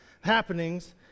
happenings